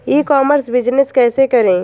ई commerce business कैसे करें?